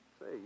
Say